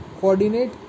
coordinate